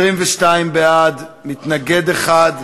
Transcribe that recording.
22 בעד, מתנגד אחד,